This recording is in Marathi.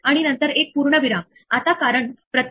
आता समजा आपण यास स्कोर ला इथे जोडू इच्छितो